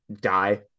die